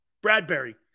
Bradbury